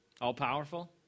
All-powerful